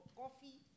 coffee